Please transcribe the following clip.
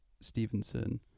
Stevenson